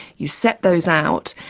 you set those out,